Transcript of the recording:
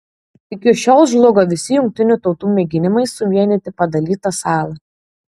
iki šiol žlugo visi jungtinių tautų mėginimai suvienyti padalytą salą